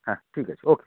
হ্যাঁ ঠিক আছে ও কে